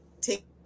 take